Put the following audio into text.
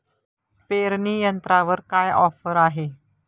पेरणी यंत्रावर काय ऑफर आहे?